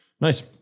Nice